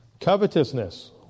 covetousness